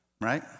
right